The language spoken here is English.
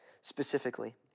specifically